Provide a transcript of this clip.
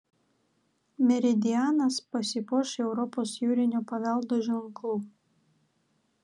meridianas pasipuoš europos jūrinio paveldo ženklu